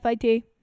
FIT